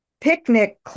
picnic